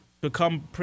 become